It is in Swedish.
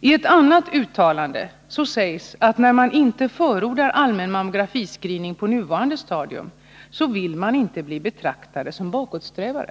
I ett annat uttalande sägs att när man inte förordar allmän mammografisereening på nuvarande stadium vill man inte bli betraktad som bakåtsträvare.